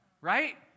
Right